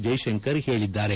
ಜೈಶಂಕರ್ ಹೇಳಿದ್ದಾರೆ